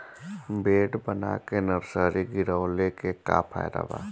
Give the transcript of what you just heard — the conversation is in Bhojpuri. बेड बना के नर्सरी गिरवले के का फायदा बा?